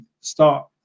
start